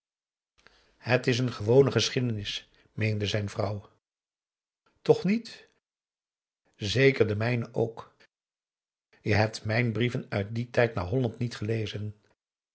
het is n gewone geschiedenis meende zijn vrouw toch niet zeker de mijne ook je hebt mijn brieven uit dien tijd naar holland niet gelezen